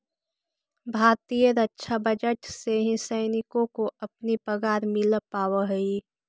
भारतीय रक्षा बजट से ही सैनिकों को अपनी पगार मिल पावा हई